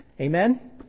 Amen